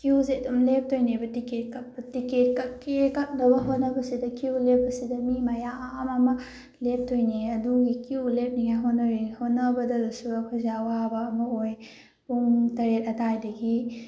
ꯀ꯭ꯌꯨꯁꯦ ꯑꯗꯨꯝ ꯂꯦꯞꯇꯣꯏꯅꯦꯕ ꯇꯤꯛꯀꯦꯠ ꯀꯛꯄ ꯇꯤꯛꯀꯦꯠ ꯀꯛꯀꯦ ꯀꯛꯅꯕ ꯍꯣꯠꯅꯕꯁꯤꯗ ꯀ꯭ꯌꯨ ꯂꯦꯞꯄꯁꯤꯗ ꯃꯤ ꯃꯌꯥꯝ ꯑꯃ ꯂꯦꯞꯇꯣꯏꯅꯦ ꯑꯗꯨꯒꯤ ꯀ꯭ꯌꯨ ꯂꯦꯞꯅꯤꯉꯥꯏ ꯍꯣꯠꯅꯔꯤ ꯍꯣꯠꯅꯕꯗꯗꯁꯨ ꯑꯩꯈꯣꯏꯁꯦ ꯌꯥꯝ ꯑꯋꯥꯕ ꯑꯃ ꯑꯣꯏ ꯄꯨꯡ ꯇꯔꯦꯠ ꯑꯗꯨꯋꯥꯏꯗꯒꯤ